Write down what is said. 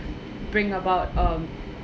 bring about um